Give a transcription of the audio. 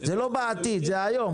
זה לא בעתיד, זה היום.